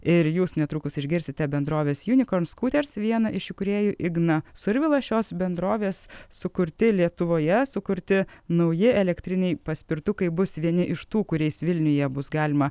ir jūs netrukus išgirsite bendrovės junikornskuters vieną iš įkūrėjų igną survilą šios bendrovės sukurti lietuvoje sukurti nauji elektriniai paspirtukai bus vieni iš tų kuriais vilniuje bus galima